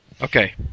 Okay